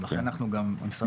לכן משרד הספורט יעשה בחינה.